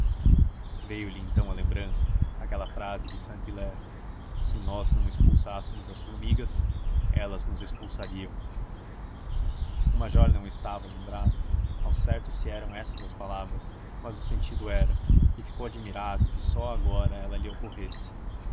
haver veio-lhe então à lembrança aquela frase de saint hilaire se nós não expulsássemos as formigas elas nos expulsariam o major não estava lembrado ao certo se eram essas as palavras mas o sentido era e ficou admirado que só agora ela lhe ocorresse